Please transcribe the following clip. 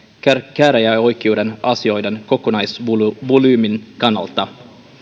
käräjäoikeuden asioiden kokonaisvolyymin kannalta